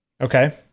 Okay